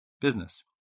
business